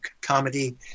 comedy